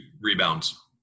rebounds